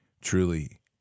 truly